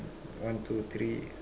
one two three